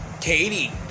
Katie